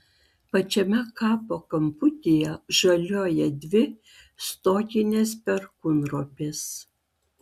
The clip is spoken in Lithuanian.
pačiame kapo kamputyje žaliuoja dvi stoginės perkūnropės